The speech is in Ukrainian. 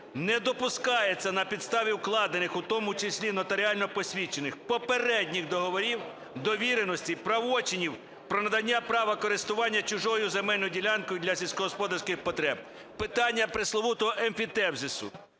не допускається на підставі укладених, у тому числі нотаріально посвідчених, попередніх договорів, довіреностей, правочинів про надання права користування чужою земельною ділянкою для сільськогосподарських потреб ". Питання пресловутого емфітевзису.